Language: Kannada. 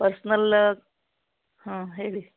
ಪರ್ಸ್ನಲ್ ಹಾಂ ಹೇಳಿ